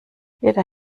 jeder